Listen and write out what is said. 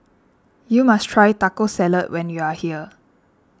you must try Taco Salad when you are here